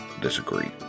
disagree